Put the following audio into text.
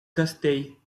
castell